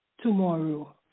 tomorrow